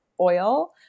oil